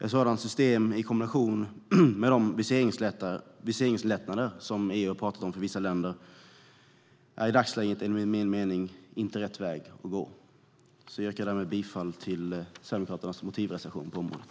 Ett sådant system i kombination med de viseringslättnader som EU har pratat om för vissa länder är enligt min mening inte rätt väg att gå i dagsläget. Jag yrkar därför bifall till Sverigedemokraternas motivreservation på området.